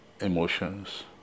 Emotions